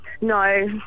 No